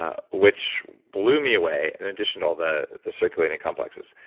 ah which blew me away, in addition to all the the circulating complexes.